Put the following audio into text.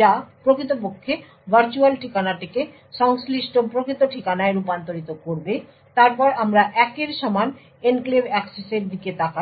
যা প্রকৃতপক্ষে ভার্চুয়াল ঠিকানাটিকে সংশ্লিষ্ট প্রকৃত ঠিকানায় রূপান্তরিত করবে তারপর আমরা 1 এর সমান এনক্লেভ অ্যাক্সেসের দিকে তাকাই